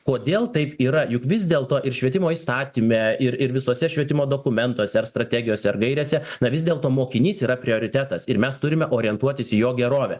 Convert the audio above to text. kodėl taip yra juk vis dėlto ir švietimo įstatyme ir ir visose švietimo dokumentuose ar strategijose ar gairėse na vis dėlto mokinys yra prioritetas ir mes turime orientuotis į jo gerovę